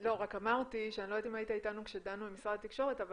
אני לא יודעת אם היית איתנו כשדנו עם משרד התקשורת אבל